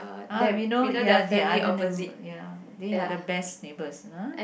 ah we know ya the other neighbor ya they are the best neighbors ah